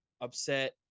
upset